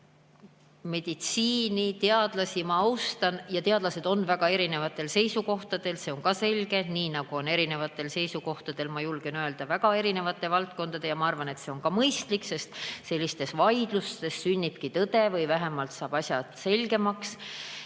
meditsiini, ma austan teadlasi. Teadlased on väga erinevatel seisukohtadel, see on ka selge, nii nagu ollakse erinevatel seisukohtadel, ma julgen öelda, väga erinevates valdkondades. Ma arvan, et see on ka mõistlik, sest sellistes vaidlustes sünnibki tõde või vähemalt saab asjad selgemaks.